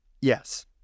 Yes